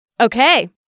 Okay